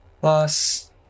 Plus